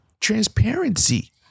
Transparency